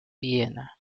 viena